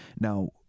Now